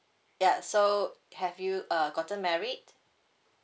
yeah so have you uh gotten married